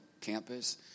campus